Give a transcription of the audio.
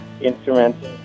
instruments